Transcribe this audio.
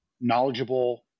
knowledgeable